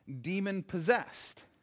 demon-possessed